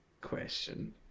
question